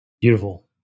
Beautiful